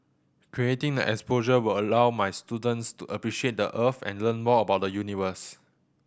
creating the exposure will allow my students to appreciate the Earth and learn more about the universe